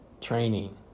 Training